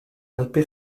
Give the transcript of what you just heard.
helpu